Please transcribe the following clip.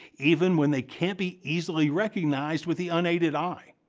even when they can't be easily recognized with the unaided eye.